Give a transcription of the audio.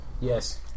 Yes